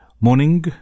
morning